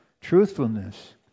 Truthfulness